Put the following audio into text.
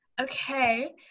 Okay